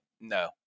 no